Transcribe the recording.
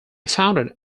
founded